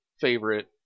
favorite